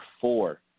four